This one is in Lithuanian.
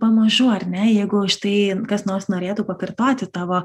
pamažu ar ne jeigu štai kas nors norėtų pakartoti tavo